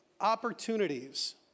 opportunities